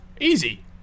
Easy